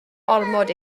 ormod